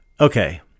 Okay